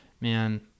man